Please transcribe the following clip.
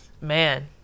Man